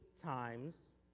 times